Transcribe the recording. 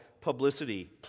publicity